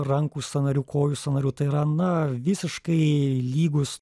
rankų sąnarių kojų sąnarių tai yra na visiškai lygūs